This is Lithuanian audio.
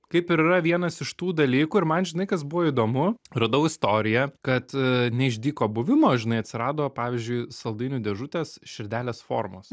kaip ir yra vienas iš tų dalykų ir man žinai kas buvo įdomu radau istoriją kad ne iš dyko buvimo žinai atsirado pavyzdžiui saldainių dėžutės širdelės formos